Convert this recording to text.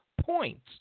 points